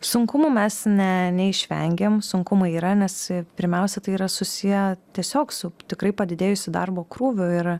sunkumų mes ne neišvengėm sunkumų yra nes pirmiausia tai yra susiję tiesiog su tikrai padidėjusiu darbo krūviu ir